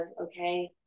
okay